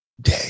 day